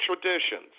traditions